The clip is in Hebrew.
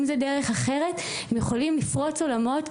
אם זה דרך אחרת הם יכולים לפרוץ עולמות,